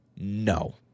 no